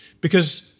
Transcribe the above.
because-